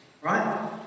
Right